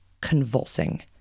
convulsing